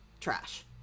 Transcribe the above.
trash